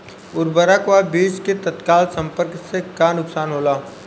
उर्वरक व बीज के तत्काल संपर्क से का नुकसान होला?